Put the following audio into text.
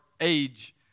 age